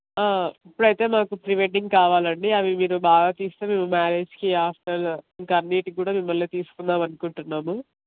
ఇప్పుడైతే మాకు pre wedding కావాలండి అవి మీరు బాగా తీస్తే మేము మ్యారేజ్కి ఆస్థల్లో ఇంక అన్నింటికీ కూడా మిమ్మల్ని తీసుకుందామనుకుంటున్నాము